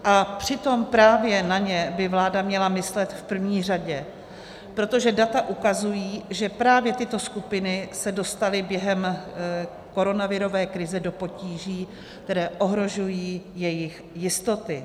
A přitom právě na ně by vláda měla myslet v první řadě, protože data ukazují, že právě tyto skupiny se dostaly během koronavirové krize do potíží, které ohrožují jejich jistoty.